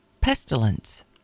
Pestilence